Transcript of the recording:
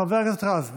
חבר הכנסת רז,